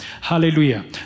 hallelujah